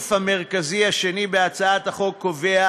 הסעיף המרכזי השני בהצעת החוק קובע